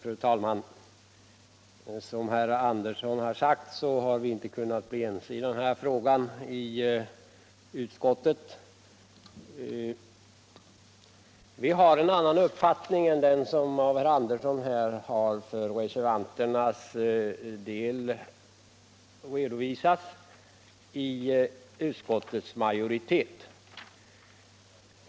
Fru talman! Som herr Andersson i Södertälje sagt har vi inte kunnat bli ense i utskottet i den här frågan. Vi i utskottsmajoriteten har en annan uppfattning än den som herr Andersson för reservanternas del här har redovisat.